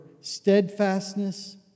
steadfastness